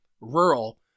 rural